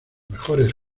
mejores